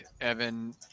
Evan